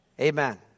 Amen